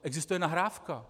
Existuje nahrávka.